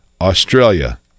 Australia